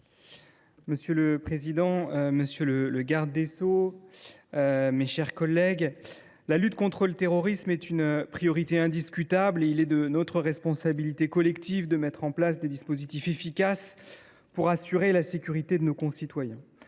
Monsieur le président, messieurs les ministres, mes chers collègues, la lutte contre le terrorisme est une priorité indiscutable. Il est de notre responsabilité collective de mettre en place des dispositifs efficaces pour assurer la sécurité de nos concitoyens.